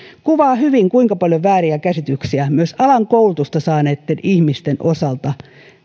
kuvaa hyvin kuinka paljon vääriä käsityksiä myös alan koulutusta saaneitten ihmisten osalta